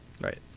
Right